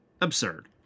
Absurd